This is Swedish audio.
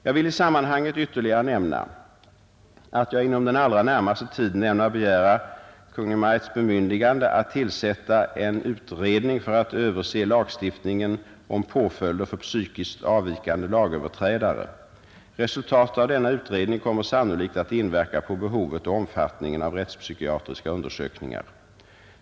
Jag vill i sammanhanget ytterligare nämna, att jag inom den allra närmaste tiden ämnar begära Kungl. Maj:ts bemyndigande att tillsätta en utredning för att överse lagstiftningen om påföljder för psykiskt avvikande lagöverträdare. Resultatet av denna utredning kommer sannolikt att inverka på behovet och omfattningen av rättspsykiatriska undersökningar.